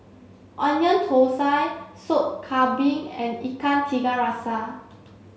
Onion Thosai Sop Kambing and Ikan Tiga Rasa